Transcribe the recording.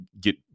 get